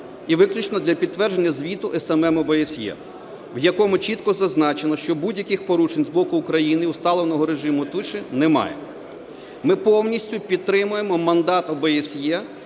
і виключно для підтвердження звіту СММ ОБСЄ, в якому чітко зазначено, що будь-яких порушень з боку України усталеного режиму тиші немає. Ми повністю підтримуємо мандат ОБСЄ